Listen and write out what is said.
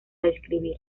describir